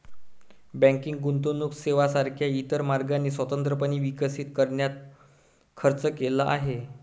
banking गुंतवणूक सेवांसारख्या इतर मार्गांनी स्वतंत्रपणे विकसित करण्यात खर्च केला आहे